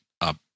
up